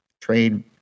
trade